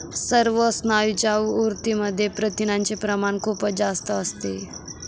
सर्व स्नायूंच्या ऊतींमध्ये प्रथिनांचे प्रमाण खूप जास्त असते